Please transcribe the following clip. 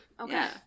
okay